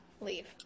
Leave